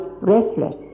restless